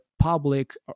public